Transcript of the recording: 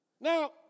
Now